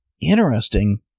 interesting